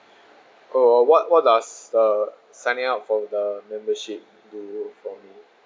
oh what what does the signing up for the membership